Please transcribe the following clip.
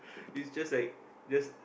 it's just like just